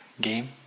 game